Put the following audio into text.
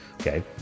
okay